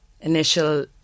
initial